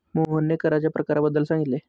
मोहनने कराच्या प्रकारांबद्दल सांगितले